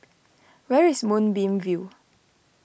where is Moonbeam View